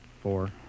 Four